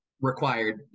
required